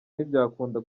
ntibyakunda